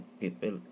people